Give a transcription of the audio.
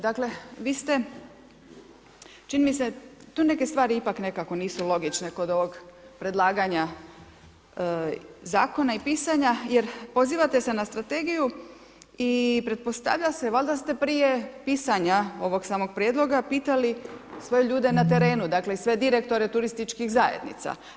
Dakle vi ste čini mi se tu neke stvari ipak nekako nisu logične kod ovog predlaganja zakona i pisanja, jer pozivate se na strategiju i pretpostavlja se, valjda ste prije pisanja ovog samog prijedloga pitali svoje ljude na terenu, dakle sve direktore turističkih zajednica.